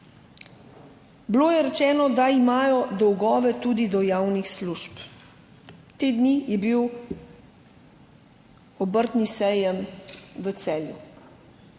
Bilo je rečeno, da imajo dolgove tudi do javnih služb. Te dni je bil obrtni sejem v Celju.